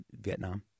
Vietnam